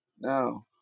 now